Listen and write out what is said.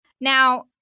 Now